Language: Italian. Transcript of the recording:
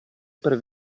per